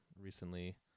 recently